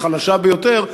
את הקבוצה החלשה ביותר,